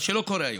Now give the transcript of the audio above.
מה שלא קורה היום,